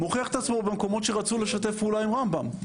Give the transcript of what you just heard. הוא מוכיח את עצמו במקומות שרצו לשתף פעולה עם רמב"ם,